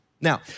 Now